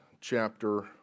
chapter